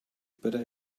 better